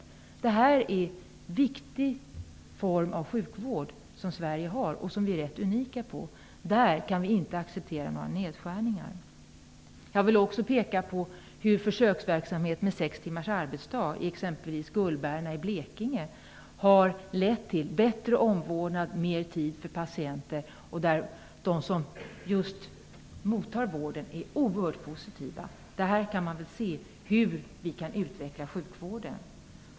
Sådant är en viktig form av sjukvård som vi i Sverige har. Där är vi rätt unika, och där kan vi inte acceptera några nedskärningar. Jag vill också peka på hur försöksverksamhet med sex timmars arbetsdag, exempelvis på Gullberna i Blekinge, har lett till en bättre omvårdnad och mera tid för patienten. De som mottar vården är oerhört positiva. Här kan vi se hur det går att utveckla sjukvården.